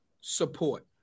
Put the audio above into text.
support